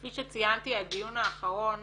כפי שציינתי, הדיון האחרון